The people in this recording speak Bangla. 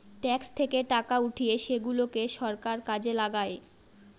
ট্যাক্স থেকে টাকা উঠিয়ে সেগুলাকে সরকার কাজে লাগায়